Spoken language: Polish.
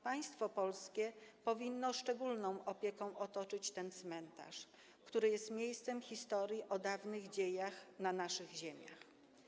Państwo polskie powinno szczególną opieką otoczyć ten cmentarz, który jest miejscem historii o dawnych dziejach na naszych ziemiach.